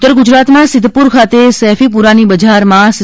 TV ઊત્તર ગુજરાતમાં સિધ્ધપુર ખાતે સૈફીપુરાની બજારમાં સી